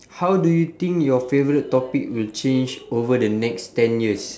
how do you think your favourite topic will change over the next ten years